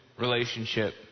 relationship